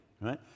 right